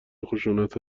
خشونت